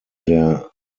der